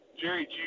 Jerry